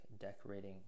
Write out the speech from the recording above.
decorating